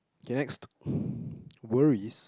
okay next worries